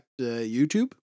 YouTube